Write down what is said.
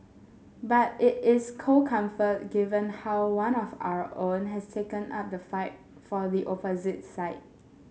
but it is cold comfort given how one of our own has taken up the fight for the opposite side